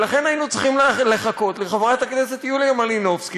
ולכן היינו צריכים לחכות לחברת הכנסת יוליה מלינובסקי,